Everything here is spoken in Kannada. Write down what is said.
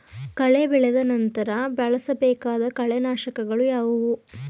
ಕಳೆ ಬೆಳೆದ ನಂತರ ಬಳಸಬೇಕಾದ ಕಳೆನಾಶಕಗಳು ಯಾವುವು?